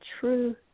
true